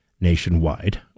nationwide